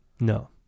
No